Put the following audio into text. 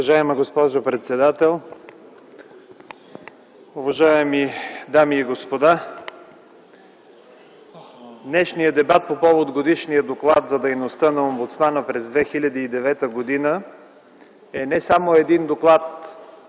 Уважаема госпожо председател, уважаеми дами и господа! Днешният дебат по повод на Годишния доклад за дейността на омбудсмана през 2009 г. е не само пореден доклад,